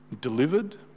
delivered